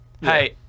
Hey